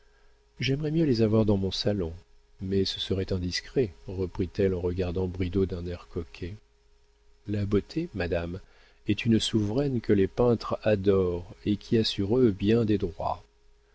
j'aimerais mieux les avoir dans mon salon mais ce serait indiscret reprit-elle en regardant bridau d'un air coquet la beauté madame est une souveraine que les peintres adorent et qui a sur eux bien des droits